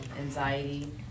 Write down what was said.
anxiety